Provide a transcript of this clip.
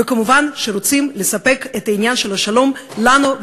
וכמובן רוצים לספק את השלום לנו,